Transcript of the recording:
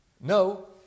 no